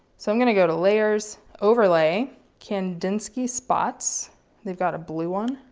so, i'm going to go to layers overlay kandinsky spots they've got a blue one.